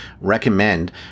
Recommend